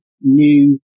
new